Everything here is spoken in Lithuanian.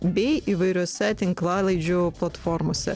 bei įvairiose tinklalaidžių platformose